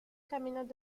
caminos